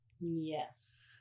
yes